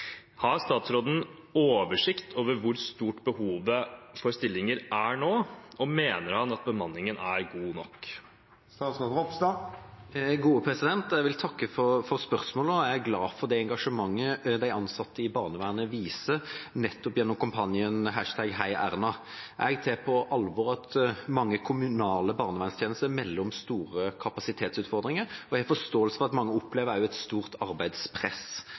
Har statsråden oversikt over hvor stort behovet for stillinger er nå, og mener han at bemanningen er god nok?» Jeg vil takke for spørsmålet og er glad for det engasjementet de ansatte i barnevernet viser nettopp gjennom kampanjen ##heierna. Jeg tar på alvor at mange kommunale barnevernstjenester melder om store kapasitetsutfordringer, og jeg har forståelse for at mange også opplever et stort arbeidspress.